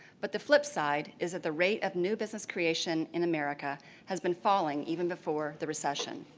but the flip side is that the rate of new business creation in america has been falling even before the recession.